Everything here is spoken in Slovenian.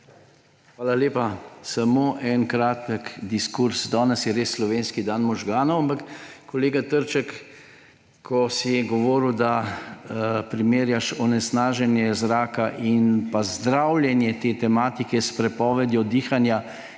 Hvala lepa. Samo en kratek diskurz. Danes je res slovenski dan možganov, ampak kolega Trček, ko si govoril, da primerjaš onesnaženje zraka in zdravljenje te tematike s prepovedjo dihanja,